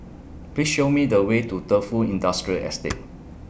Please Show Me The Way to Defu Industrial Estate